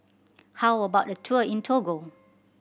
how about a tour in Togo